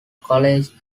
college